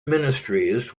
ministries